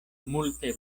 multe